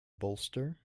bolster